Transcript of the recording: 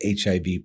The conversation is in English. HIV